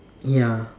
ya